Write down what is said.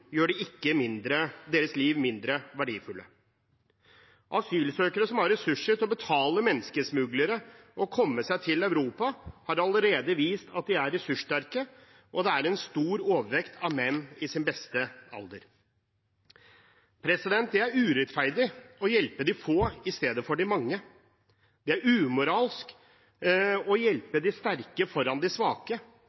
gjør ikke deres liv mindre verdifulle. Asylsøkere som har ressurser til å betale menneskesmuglere og komme seg til Europa, har allerede vist at de er ressurssterke, og det er en stor overvekt av menn i sin beste alder. Det er urettferdig å hjelpe de få i stedet for de mange, det er umoralsk å